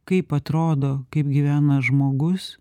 kaip atrodo kaip gyvena žmogus